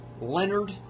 Leonard